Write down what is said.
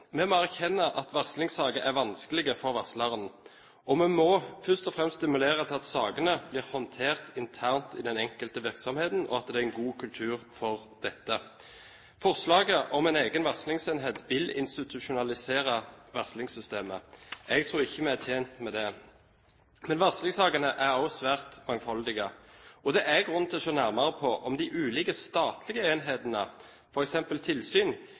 Vi må erkjenne at varslingssaker er vanskelige for varslerne, og vi må først og fremst stimulere til at sakene blir håndtert internt i den enkelte virksomhet, og at det er en god kultur for dette. Forslaget om en egen varslingsenhet vil institusjonalisere varslingssystemet. Jeg tror ikke vi er tjent med det. Varslingssakene er også svært mangfoldige. Og det er grunn til å se nærmere på om de ulike statlige enhetene, f.eks. tilsyn,